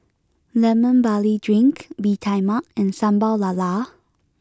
Lemon Barley drink Bee Tai Mak and Sambal Lala